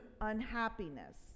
unhappiness